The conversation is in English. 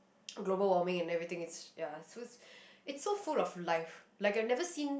global warming and everything it's ya so it's it's so full of life like I've never seen